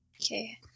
okay